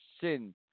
sin